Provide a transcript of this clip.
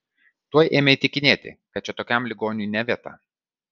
tuoj ėmė įtikinėti kad čia tokiam ligoniui ne vieta